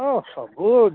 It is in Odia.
ହଁ ସବୁ